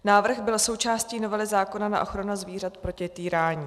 Návrh byl součástí novely zákona na ochranu zvířat proti týrání.